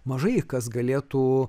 mažai kas galėtų